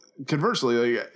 Conversely